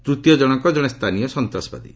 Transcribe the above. ତୂତୀୟ ଜଣକ ଜଣେ ସ୍ଥାନୀୟ ସନ୍ତାସବାଦୀ